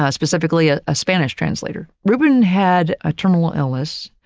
ah specifically ah a spanish translator, reuben had a terminal illness.